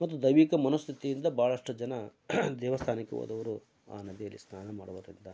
ಮತ್ತು ದೈವಿಕ ಮನಸ್ಥಿತಿಯಿಂದ ಭಾಳಷ್ಟು ಜನ ದೇವಸ್ಥಾನಕ್ಕೆ ಹೋದವ್ರು ಆ ನದಿಯಲ್ಲಿ ಸ್ನಾನ ಮಾಡುವರಿಂದ